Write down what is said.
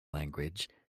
language